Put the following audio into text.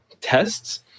tests